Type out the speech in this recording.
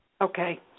Okay